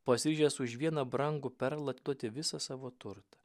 pasiryžęs už vieną brangų perlą atiduoti visą savo turtą